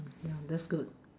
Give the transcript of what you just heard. ya that's good